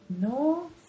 No